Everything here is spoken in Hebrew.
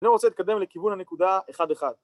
זה רוצה להתקדם לכיוון הנקודה 1-1